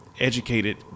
educated